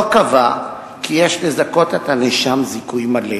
לא קבע כי יש לזכות את הנאשם זיכוי מלא